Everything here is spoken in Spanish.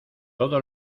todo